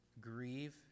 grieve